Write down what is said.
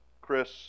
Chris